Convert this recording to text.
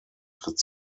tritt